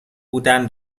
بودن